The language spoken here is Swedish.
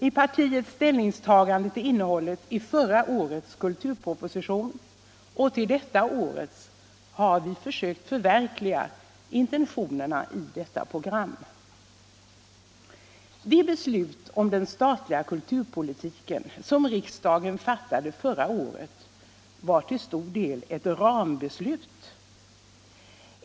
I partiets ställningstagande till innehållet i förra årets kulturproposition och till detta årets har vi försökt förverkliga intentionerna i detta program. Det beslut om den statliga kulturpolitiken som riksdagen fattade förra året var till stor del ett rambeslut.